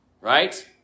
Right